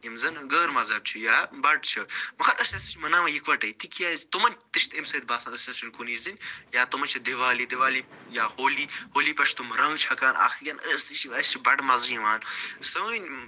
یِم زَنہٕ غٲر مذہب چھِ یا بَٹہٕ چھِ مگر أسۍ ہسا چھِ مناوان یِکوَٹٕے تِکیٛازِ تِمَن تہِ چھُ اَمہِ سۭتۍ باسان أسۍ ہسا چھِنہٕ کُنی زٔنۍ یا تِم چھِ دِوالی دِوالی یا ہولی ہولی پٮ۪ٹھ چھِ تِم رَنٛگ چھکان اَکھ أکِیٚن أسۍ تہِ چھِ اسہِ چھُ بَڑٕ مَزٕ یِوان سٲنۍ